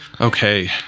Okay